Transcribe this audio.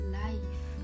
life